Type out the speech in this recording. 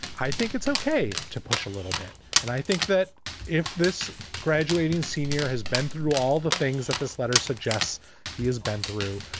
i think it's ok to push a little bit. and i think that if this graduating senior has been through all the things that this letter suggests he has been through.